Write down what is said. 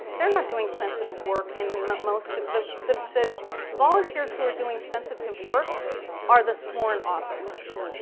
they're not doing sensitive work in most of the the volunteers who are doing sensitive work are the sworn officers.